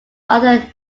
other